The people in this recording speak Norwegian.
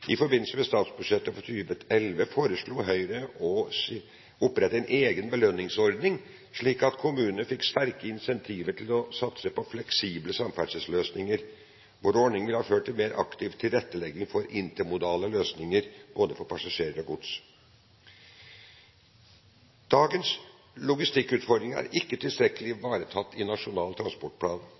I forbindelse med statsbudsjettet for 2011 foreslo Høyre å opprette en egen belønningsordning, slik at kommunene fikk sterke incentiver til å satse på fleksible samferdselsløsninger. Vår ordning ville ha ført til en mer aktiv tilrettelegging for intermodale løsninger for både passasjerer og gods. Dagens logistikkutfordring er ikke tilstrekkelig ivaretatt i Nasjonal transportplan.